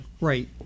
Right